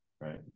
right